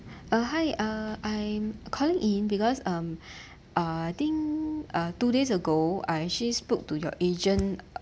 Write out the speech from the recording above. uh hi uh I'm calling in because um uh I think uh two days ago I actually spoke to your agent